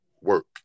work